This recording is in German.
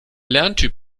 lerntyp